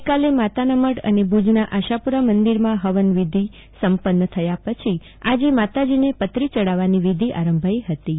ગઈકાલે માતાનામઢ અને ભુજના આશાપુરા મંદિરમાં હવન વિધી સપન્ન થઇપછી આજે માતાજીને પતરી ચડાવવાની વિધિ આરંભાઈ ફતી